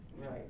right